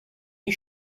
you